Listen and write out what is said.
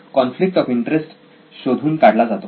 conflict of interest शोधून काढला जातो